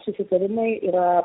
susitarimai yra